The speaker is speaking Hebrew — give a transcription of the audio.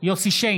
יוסף שיין,